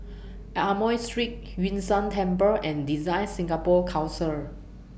Amoy Street Yun Shan Temple and DesignSingapore Council